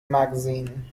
magazine